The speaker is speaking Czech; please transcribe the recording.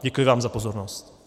Děkuji vám za pozornost.